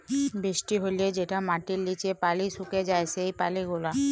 বৃষ্টি হ্যলে যেটা মাটির লিচে পালি সুকে যায় সেই পালি গুলা